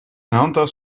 handtas